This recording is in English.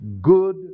good